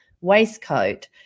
waistcoat